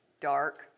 Dark